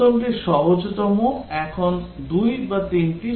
প্রথমটি সহজতম এখন দুই বা তিনটি সমস্যা হবে